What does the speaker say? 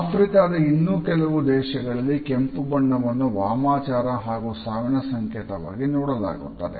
ಆಫ್ರಿಕಾದ ಇನ್ನೂ ಕೆಲವು ದೇಶಗಳಲ್ಲಿ ಕೆಂಪು ಬಣ್ಣವನ್ನು ವಾಮಾಚಾರ ಹಾಗೂ ಸಾವಿನ ಸಂಕೇತವಾಗಿ ನೋಡಲಾಗುತ್ತದೆ